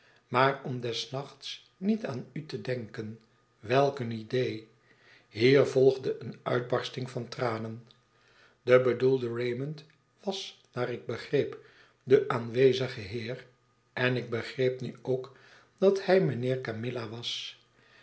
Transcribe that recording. maar om des nachts niet aan u te denken welk een idee hier volgde een uitbarsting van tranen de bedoelde raymond was naar ik begreep de aanwezige heer en ik begreep nu ook dat hij mijnheer camilla was